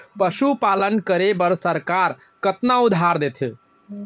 पशुपालन करे बर सरकार कतना उधार देथे?